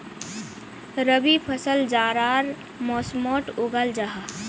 रबी फसल जाड़ार मौसमोट उगाल जाहा